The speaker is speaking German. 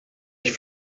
ich